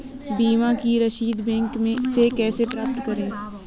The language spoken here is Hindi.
बीमा की रसीद बैंक से कैसे प्राप्त करें?